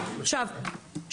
עכשיו,